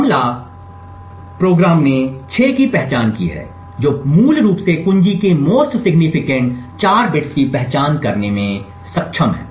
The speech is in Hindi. हमला कार्यक्रम ने 6 की पहचान की है जो मूल रूप से कुंजी के मोस्ट सिग्निफिकेंट 4 बिट्स की पहचान करने में सक्षम है